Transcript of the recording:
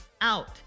out